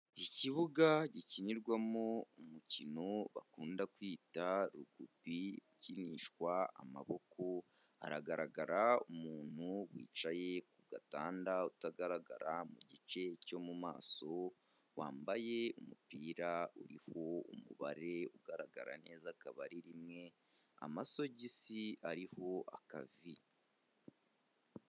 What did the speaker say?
Ikibuga gikinirwamo umukino bakunda kwita rugubi ukinishwa amaboko, haragaragara umuntu wicaye ku gatanda utagaragara mu gice cyo mu maso, wambaye umupira uriho umubare ugaragara neza akaba ari rimwe, amasogisi ariho akavi.